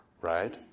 right